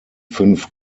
fünf